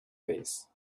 face